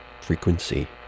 frequency